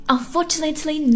Unfortunately